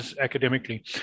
academically